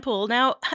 Now